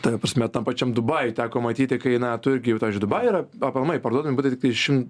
ta prasme tam pačiam dubajuj teko matyti kai na tu irgi yra iš dubaj yra aplamai parduodami butai tiktai šim